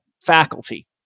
faculty